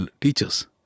teachers